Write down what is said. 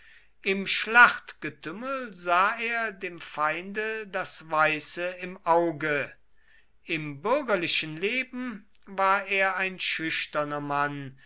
im schlachtgetümmel sah er dem feinde das weiße im auge im bürgerlichen leben war er ein schüchterner mann